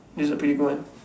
this a pretty good one